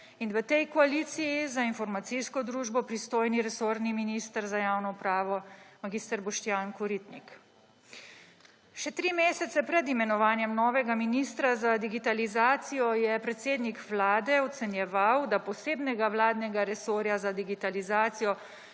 in v tej koaliciji za informacijsko družbo pristojni resorni minister za javno upravo mag. Boštjan Koritnik. Še tri mesece pred imenovanjem novega ministra za digitalizacijo je predsednik vlade ocenjeval, da posebnega vladnega resorja za digitalizacijo